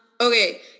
Okay